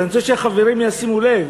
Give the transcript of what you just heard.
אבל אני רוצה שהחברים ישימו לב: